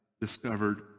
discovered